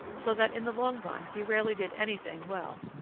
so that in the long run he rarely did anything well.